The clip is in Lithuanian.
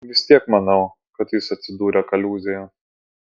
vis tiek manau kad jis atsidūrė kaliūzėje